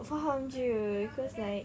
faham jer cause like